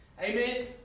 Amen